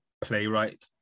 playwright